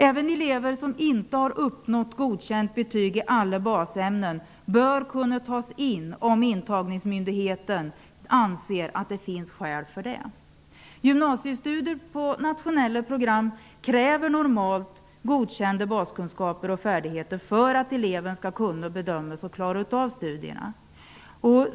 Även elever som inte har uppnått godkänt betyg i alla basämnen bör kunna tas in om intagningsmyndigheten anser att det finns skäl för det. Gymnasiestudier på nationella program kräver normalt godkända baskunskaper och basfärdigheter för att eleven skall bedömas kunna klara av studierna.